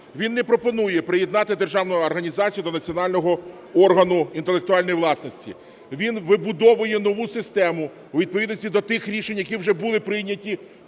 Він не пропонує приєднати державну організацію до національного органу інтелектуальної власності, він вибудовує нову систему у відповідності до тих рішень, які вже були прийняті